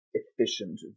efficient